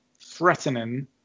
threatening